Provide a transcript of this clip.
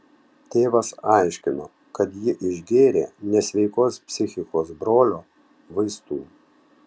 tėvas aiškino kad ji išgėrė nesveikos psichikos brolio vaistų